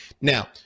Now